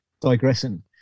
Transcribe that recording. digressing